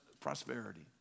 prosperity